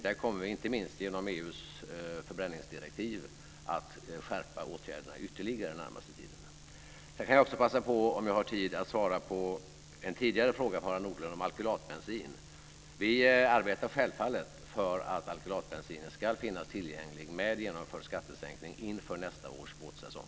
Där kommer vi, inte minst genom EU:s förbränningsdirektiv, att skärpa åtgärderna ytterligare den närmaste tiden. Jag kan också passa på att svara på en tidigare fråga av Harald Nordlund om alkylatbensin. Vi arbetar självfallet för att alkylatbensinen ska finnas tillgänglig med genomförd skattesänkning inför nästa års båtsäsong.